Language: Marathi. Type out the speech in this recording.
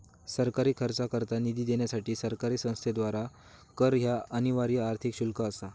सरकारी खर्चाकरता निधी देण्यासाठी सरकारी संस्थेद्वारा कर ह्या अनिवार्य आर्थिक शुल्क असा